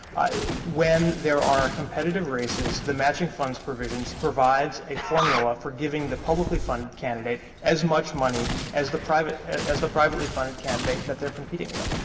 when there are competitive races, the matching funds provision provides a formula for giving the publicly funded candidate as much money as the private as the privately funded candidate that they're competing with.